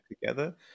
together